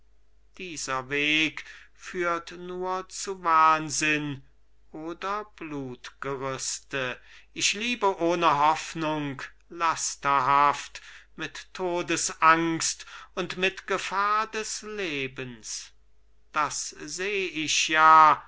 dieser weg führt nur zum wahnsinn oder blutgerüste ich liebe ohne hoffnung lasterhaft mit todesangst und mit gefahr des lebens das seh ich ja